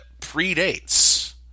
predates